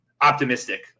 optimistic